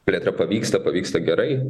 plėtra pavyksta pavyksta gerai